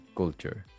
culture